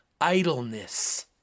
idleness